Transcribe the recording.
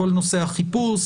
כל נושא החיפוש,